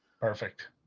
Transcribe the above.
Perfect